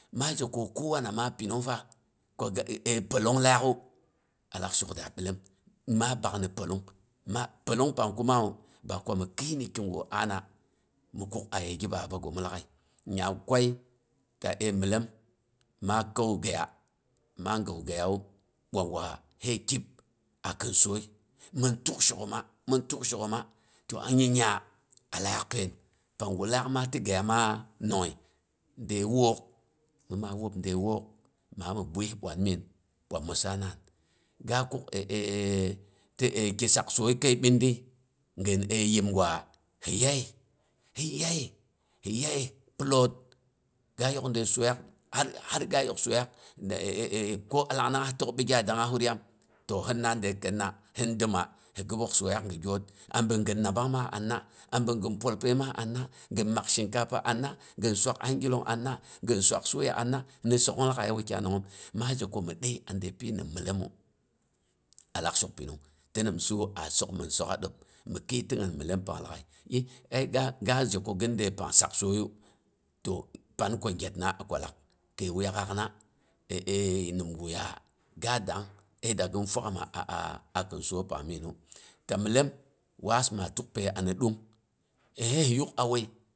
Ma jiko kowane ma pinung fa ko ga e a paol ng lak hu alak shok da ɓellim, ma bak ni paolung. Ma paolung pang kuma wu ba kuwa mi khi ni kigu ana mi kuk aye gi baba ghomu laaghai. Nya ghi kwayi ta e mi lan ma kau gaya, ma gau gayawu ɓwa gwa hai kip a khin soi mhn tuk shokhomma mhn tuk shokhomma, to a nyiya alak pain. panggu lak ma ti gaya ma nonghai de wok. mi ma wob de wok mi ami biyih ɓwa na miyin ɓwa mhissa naan. Ga kuk ti ki sak soi kai ɓindiyi ghin ybim gwa hi yayeh, hi yayeh hi yayeh ploot ga yok de soi yak har har ga yok soyak ko alanglanghas tok bigyayi danghang furyam to hin na de khinna hin dumma he ghibok soiyakahga de gyod. Abin ghin nabbang ma anna. abin ghin polpai ma anna, ghin mak shikafa anna, ghin suwak angilong anna, ghin suwak suya anna, ni sokhn laaghai wukyai nanghom. ma jiko mhi ɗai adei pi hin myellemmu alak shok pinung, ti nimsuwu a sok min sokah ɗeb. mi khi ti hin myellem pang laaghai i, ai ga ga jiko ghin dai pang sak soiyu to pan ku giyatna kwallak, kai wuyak na nimgu ya ga danga ai da ghim fuwagham a a a khin soi pang minnu. Ta myellim waas ma. tuk pai a na ɗung ai hai hi yuk awai.